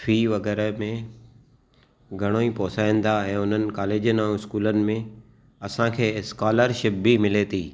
फ़ी वग़ैरह में घणो ई पुसाइनि था ऐं हुननि कॉलेजनि ऐं स्कूलनि में असांखे स्कॉलरशिप बि मिले थी